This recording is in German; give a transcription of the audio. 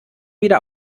wieder